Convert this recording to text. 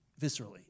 viscerally